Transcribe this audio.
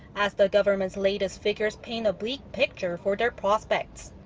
as the government's latest figures paint a bleak picture for their prospects.